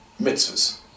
mitzvahs